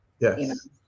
Yes